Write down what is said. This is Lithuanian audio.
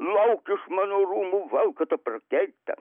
lauk iš mano rūmų valkata prakeikta